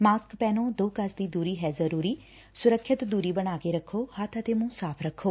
mask ਪਹਿਨੋ ਦੋ ਗਜ਼ ਦੀ ਦੁਰੀ ਹੈ ਜ਼ਰੁਰੀ ਸੁਰੱਖਿਅਤ ਦੂਰੀ ਬਣਾ ਕੇ ਰਖੋ ਹੱਬ ਅਤੇ ਮੁੰਹ ਸਾਫ਼ ਰੱਖੋ